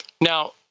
Now